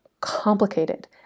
complicated